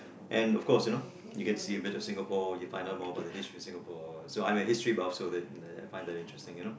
and of course you know you can see a bit of Singapore you can find out more about the history Singapore so I'm a history buff so that uh I find that interesting you know